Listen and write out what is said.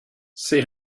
say